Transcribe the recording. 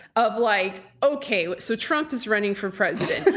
of like, okay, so trump is running for president.